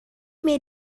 mir